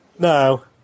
No